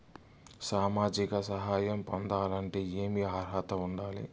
సామాజిక సహాయం పొందాలంటే ఏమి అర్హత ఉండాలి?